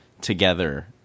together